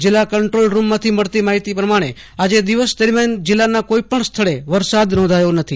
જીલ્લા કંટ્રોલ રૂમમાંથી મળતી માહિતી પ્રમાણે આજે દિવસ દરમ્યાન જીલ્લામાં કોઇ પણ સ્થળે વરસાદ નોંધાયો નથી